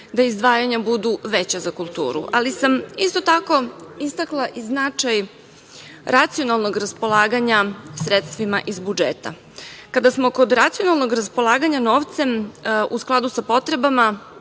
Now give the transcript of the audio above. da izdvajanja budu veća za kulturu, ali sam isto tako istakla i značaj racionalnog raspolaganja sredstvima iz budžeta. Kada smo kod racionalnog raspolaganja novcem, u skladu sa potrebama,